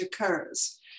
occurs